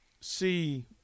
see